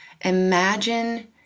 Imagine